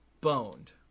boned